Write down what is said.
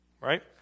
right